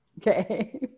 Okay